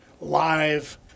live